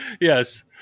Yes